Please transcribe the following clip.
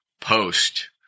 post